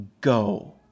go